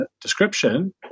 description